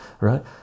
right